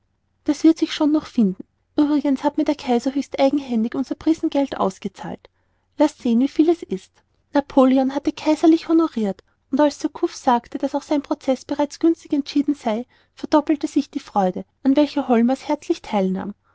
das wird sich schon noch finden uebrigens hat mir der kaiser höchst eigenhändig unser prisengeld ausgezahlt laß sehen wie viel es ist napoleon hatte kaiserlich honorirt und als surcouf sagte daß auch sein prozeß bereits günstig entschieden sei verdoppelte sich die freude an welcher holmers herzlich theil